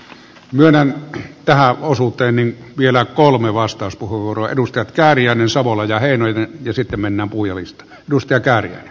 myönnän tähän osuuteen vielä kolme vastauspuheenvuoroa edustajat kääriäinen savola ja heinonen ja sitten mennään puhujalistaan